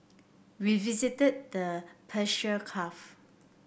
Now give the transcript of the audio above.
we visited the Persian Gulf